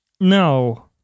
No